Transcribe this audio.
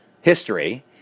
history